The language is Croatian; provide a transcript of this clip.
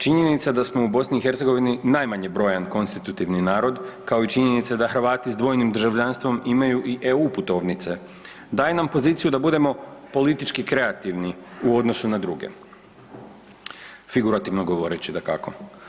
Činjenica da smo u BiH najmanje brojan konstitutivni narod, kao i činjenica da Hrvati s dvojnim državljanstvom imaju i EU putovnice daje nam poziciju da budemo politički kreativni u odnosu na druge figurativno govoreći dakako.